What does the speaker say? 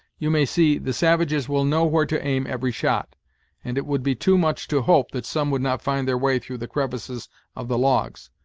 you may see, the savages will know where to aim every shot and it would be too much to hope that some would not find their way through the crevices of the logs.